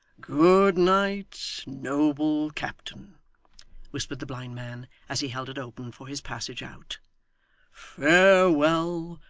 good night, noble captain whispered the blind man as he held it open for his passage out farewell,